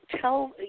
tell